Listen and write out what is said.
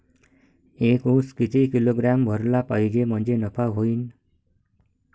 एक उस किती किलोग्रॅम भरला पाहिजे म्हणजे नफा होईन?